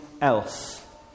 else